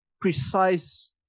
precise